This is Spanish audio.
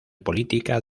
política